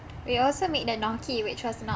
we also made the gnocchi which was not